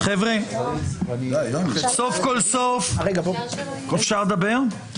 חברים, אפשר לדבר?